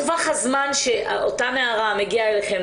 מה תווך הזמן שאותה נערה מגיעה אליכם?